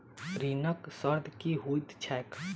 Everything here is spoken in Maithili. ऋणक शर्त की होइत छैक?